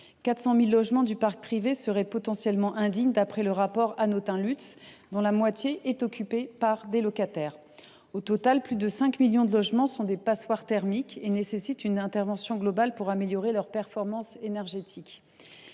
400 000 logements du parc privé seraient potentiellement indignes, dont la moitié sont occupés par des locataires. Au total, plus de 5 millions de logements sont des passoires thermiques et nécessitent une intervention globale pour améliorer leur performance énergétique.